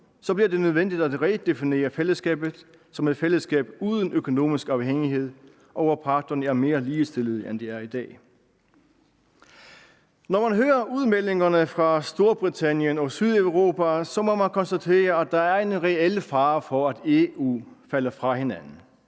Så bliver det nødvendigt er redefinere fællesskabet som et fællesskab uden økonomisk afhængighed, og hvor parterne er mere ligestillede, end de er i dag. Når man hører udmeldingerne fra Storbritannien og Sydeuropa, må man konstatere, at der er en reel fare for, at EU falder fra hinanden.